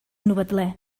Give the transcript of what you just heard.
novetlè